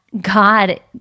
God